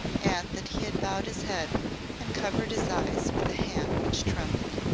and that he had bowed his head and covered his eyes with a hand which trembled.